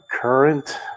current